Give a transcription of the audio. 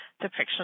depiction